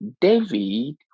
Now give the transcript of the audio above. David